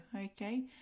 Okay